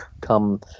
come